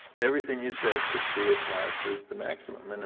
everything you said could be applied to the maximum, and